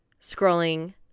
scrolling